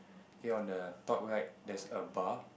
okay on the top right there's a bar